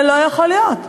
זה לא יכול להיות.